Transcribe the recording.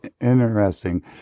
interesting